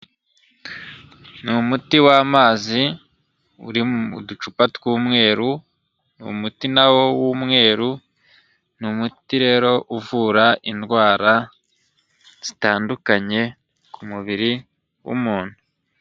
Ni umuti w'amazi uri mu ducupa tw'umweru, umuti na wo w'umweru ni umuti rero uvura indwara zitandukanye ku mubiri w'umuntu.